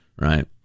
Right